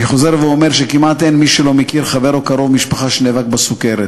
אני חוזר ואומר שכמעט אין מי שלא מכיר חבר או קרוב משפחה שנאבק בסוכרת.